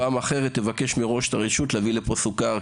פעם הבאה תבקש את הרשות להביא לפה סוכר,